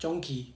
chunky